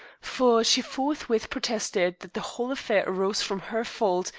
for she forthwith protested that the whole affair arose from her fault,